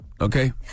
Okay